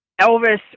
Elvis